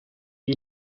you